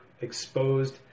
exposed